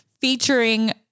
featuring